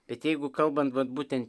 bet jeigu kalbant vat būtent